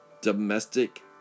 domestic